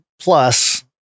plus